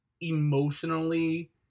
emotionally